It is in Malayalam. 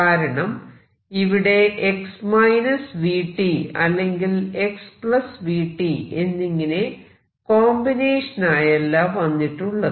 കാരണം ഇവിടെ x vt അല്ലെങ്കിൽ xvtഎന്നിങ്ങനെ കോമ്പിനേഷൻ ആയല്ല വന്നിട്ടുള്ളത്